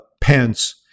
Pence